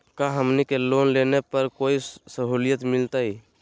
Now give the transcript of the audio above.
का हमनी के लोन लेने पर कोई साहुलियत मिलतइ?